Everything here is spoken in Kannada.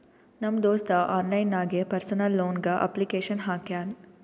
ನಮ್ ದೋಸ್ತ ಆನ್ಲೈನ್ ನಾಗೆ ಪರ್ಸನಲ್ ಲೋನ್ಗ್ ಅಪ್ಲಿಕೇಶನ್ ಹಾಕ್ಯಾನ್